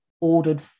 ordered